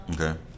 Okay